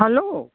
hello